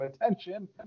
attention